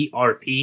ERP